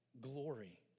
glory